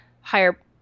higher